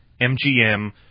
MGM